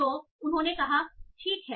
तो उन्होंने कहा ठीक है